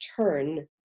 turn